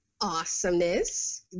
Awesomeness